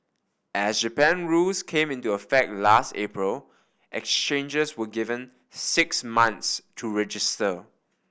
as Japan rules came into effect last April exchanges were given six months to register